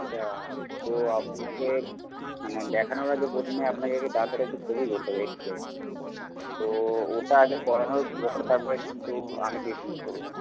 আচ্ছা তো আপনাকে মানে দেখানোর আগে প্রথমে আপনাকে আগে দাঁতের একটা ছবি করতে হবে এক্স রে তো ওটা আগে করানোর পর তারপর কিন্তু আমি ট্রিটমেন্ট করবো